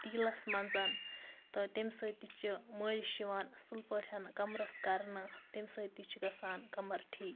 تیٖلَس مَنٛز تہٕ تَمہِ سۭتۍ تہِ چھِ مٲلِش یِوان اصٕل پٲٹھۍ کَمرَس کَرنہٕ تَمہِ سۭتۍ تہِ چھُ گژھان کَمَر ٹھیٖک